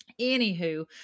anywho